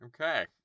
okay